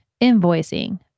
Invoicing